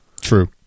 True